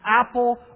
apple